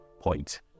point